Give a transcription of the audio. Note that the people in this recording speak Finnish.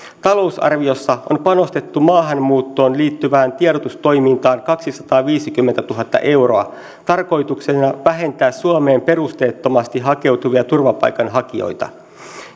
talousarviossa on panostettu maahanmuuttoon liittyvään tiedotustoimintaan kaksisataaviisikymmentätuhatta euroa tarkoituksena vähentää suomeen perusteettomasti hakeutuvia turvapaikanhakijoita